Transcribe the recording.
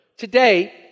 Today